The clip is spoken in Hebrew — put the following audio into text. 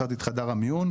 הכרתי את חדר המיון,